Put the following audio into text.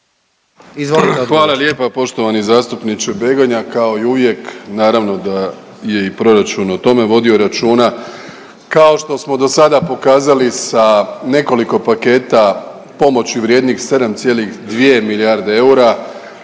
Hvala lijepa poštovani zastupniče Begonja. Kao i uvijek naravno da je i proračun o tome vodio računa. Kao što smo do sada pokazali sa nekoliko paketa pomoći vrijednih 7,2 milijarde eura